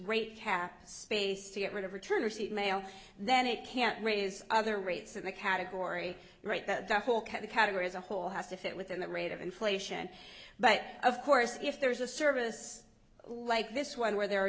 rate cap space to get rid of return receipt mail then it can't raise other rates in that category right that the whole category as a whole has to fit within the rate of inflation but of course if there is a service like this one where there are